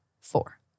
four